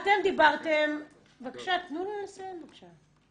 תנו לו לסיים בבקשה.